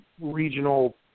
regional